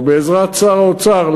או בעזרת שר האוצר,